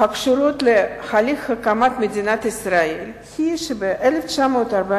הקשורות להליך הקמת מדינת ישראל היא שב-1948